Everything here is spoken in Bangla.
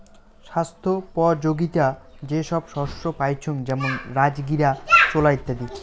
ছাস্থ্যোপযোগীতা যে সব শস্য পাইচুঙ যেমন রাজগীরা, ছোলা ইত্যাদি